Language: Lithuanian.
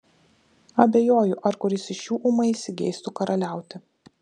abejoju ar kuris iš jų ūmai įsigeistų karaliauti